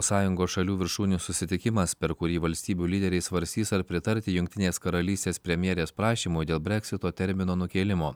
sąjungos šalių viršūnių susitikimas per kurį valstybių lyderiai svarstys ar pritarti jungtinės karalystės premjerės prašymui dėl breksito termino nukėlimo